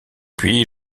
puis